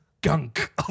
gunk